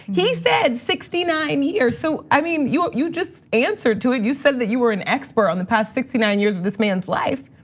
he said sixty nine years, so i mean you ah you just answered to it. you said that you were an expert on the past sixty nine years of this man's life.